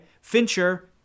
Fincher